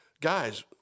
guys